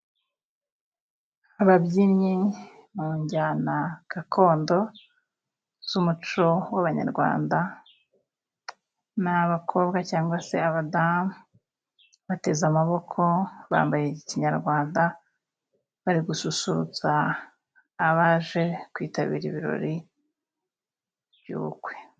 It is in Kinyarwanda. Ababyinnyi mu njyana gakondo z'umuco w'abanyarwanda n'abakobwa cyangwa se abadamu bateze amaboko bambaye ikinyarwanda bari gususurutsa abaje kwitabira ibirori by'ubukwe.